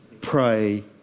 pray